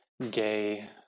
gay